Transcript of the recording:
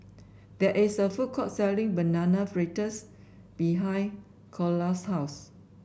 there is a food court selling Banana Fritters behind Ceola's house